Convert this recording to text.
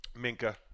Minka